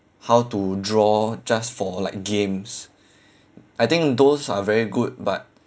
how to draw just for like games I think those are very good but